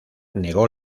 negó